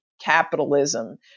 capitalism